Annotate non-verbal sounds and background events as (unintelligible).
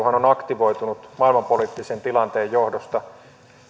(unintelligible) on aktivoitunut maailmanpoliittisen tilanteen johdosta